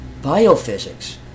biophysics